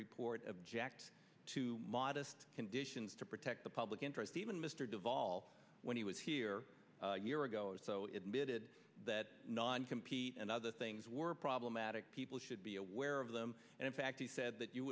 report object to modest conditions to protect the public interest even mr deval when he was here year ago or so it made it that non compete and other things were problematic people should be aware of them and in fact he said that you